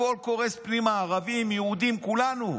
הכול קורס פנימה, ערבים, יהודים, כולנו.